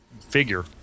figure